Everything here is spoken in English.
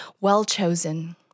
well-chosen